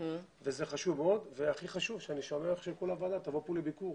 אני שמח שכל הוועדה תבוא אלינו לביקור.